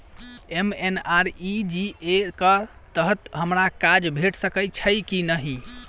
MNREGA कऽ तहत हमरा काज भेट सकय छई की नहि?